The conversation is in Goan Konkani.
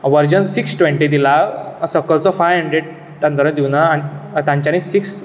वर्जन सिक्स टिवेन्टी दिलां सकलचो फाय हंड्रेड तागेलो दिवना तांच्यानी सिक्स